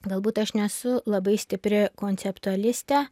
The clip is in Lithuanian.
galbūt aš nesu labai stipri konceptualistė